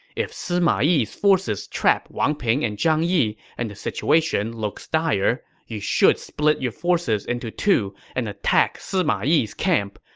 if sima yi's forces trap wang ping and zhang yi and the situation looks dire, you should split your forces into two and attack sima yi's camp.